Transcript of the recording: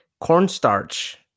cornstarch